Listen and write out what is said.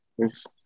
Thanks